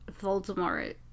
Voldemort